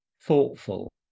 thoughtful